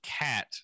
cat